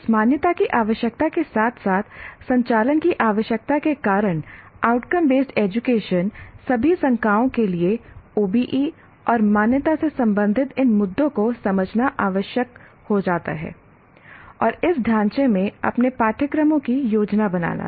इस मान्यता की आवश्यकता के साथ साथ संचालन की आवश्यकता के कारण आउटकम बेस्ड एजुकेशन सभी संकायों के लिए OBE और मान्यता से संबंधित इन मुद्दों को समझना आवश्यक हो जाता है और इस ढाँचे में अपने पाठ्यक्रमों की योजना बनाना